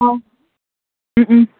অঁ